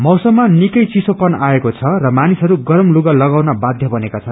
मौसममा निकै चिसोपन आएको छ र मानिसहरू गरम लुगा लगाउन बाध्य बनेका छन्